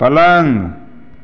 पलङ्ग